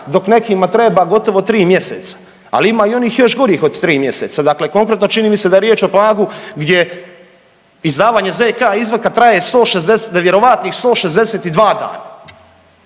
dok nekima treba gotovo 3 mjeseca, ali ima i onih još gorih od 3 mjeseca. Dakle, konkretno čini mi se da je riječ o Pagu gdje izdavanje zk izvatka traje 160 nevjerojatnih 162 dana.